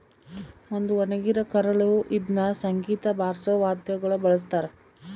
ಒಂದು ಒಣಗಿರ ಕರಳು ಇದ್ನ ಸಂಗೀತ ಬಾರ್ಸೋ ವಾದ್ಯಗುಳ ಬಳಸ್ತಾರ